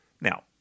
Now